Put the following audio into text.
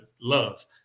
loves